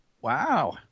Wow